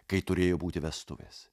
kai turėjo būti vestuvės